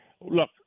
Look